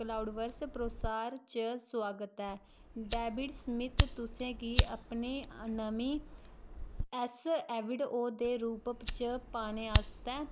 cloud works प्रोसार च स्वागत ऐ डेविड स्मिथ तुसें गी अपनी नमीं एस एविड ओ दे रूप च पाने आस्तै